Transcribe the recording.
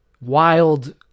wild